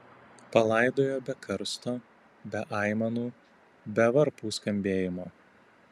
palaidojo be karsto be aimanų be varpų skambėjimo